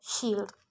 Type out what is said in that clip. shield